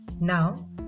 Now